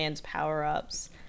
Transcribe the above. power-ups